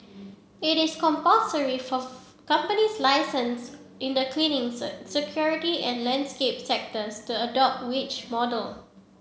it is compulsory for companies licensed in the cleaning security and landscape sectors to adopt wage model